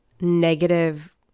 negative